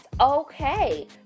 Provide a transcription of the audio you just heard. Okay